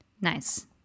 nice